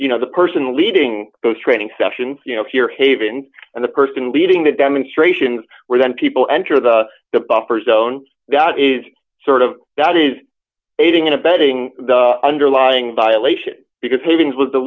you know the person leading those training sessions you know if your haven and the person leading the demonstrations were then people enter the the buffer zone that is sort of that is aiding and abetting the underlying violation because pagans was the